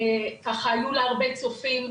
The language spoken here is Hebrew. שככה היו לה הרבה צופים,